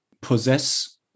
possess